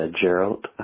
Gerald